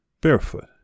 Barefoot